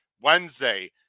Wednesday